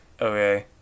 okay